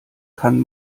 kann